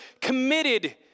committed